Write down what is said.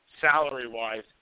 salary-wise